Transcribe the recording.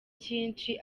cyinshi